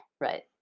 Right